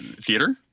theater